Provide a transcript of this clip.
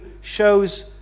shows